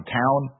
town